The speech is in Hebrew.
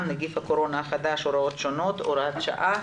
(נגיף הקורונה החדש - הוראות שונות) (הוראת שעה),